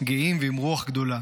גאים ועם רוח גדולה.